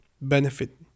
benefit